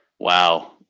Wow